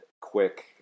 quick